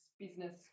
business